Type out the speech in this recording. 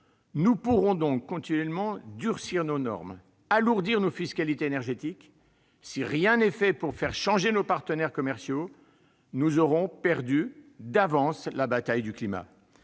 Nous pourrons donc continuellement durcir nos normes, alourdir nos fiscalités énergétiques, si rien n'est fait pour faire changer nos partenaires commerciaux, nous aurons perdu d'avance la bataille du climat.